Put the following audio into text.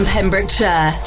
Pembrokeshire